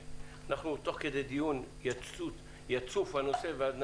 תוך כדי דיון יצוף הנושא, ואז נבין.